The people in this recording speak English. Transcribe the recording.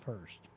first